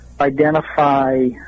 identify